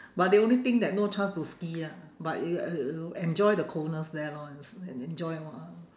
but the only thing that no chance to ski ah but you you you enjoy the coldness there lor and s~ and enjoy lor